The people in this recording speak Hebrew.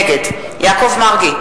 נגד יעקב מרגי,